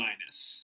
minus